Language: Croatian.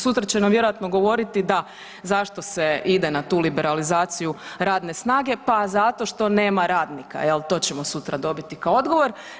Sutra će nam vjerojatno govoriti da zašto se ide na tu liberalizaciju radne snage, pa zato što nema radnika, to ćemo sutra dobiti kao odgovor.